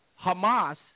Hamas